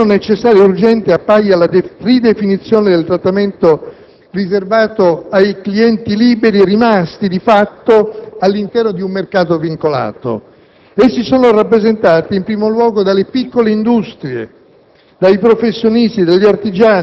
D'altra parte, mi sembra che non meno necessaria ed urgente appaia la ridefinizione del trattamento riservato ai clienti liberi rimasti, di fatto, all'interno di un mercato vincolato. Essi sono rappresentanti, in primo luogo, dalle piccole industrie,